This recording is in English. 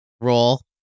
Roll